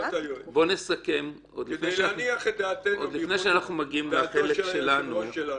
היועץ כדי להניח את דעתנו ואת דעתו של היושב-ראש שלנו.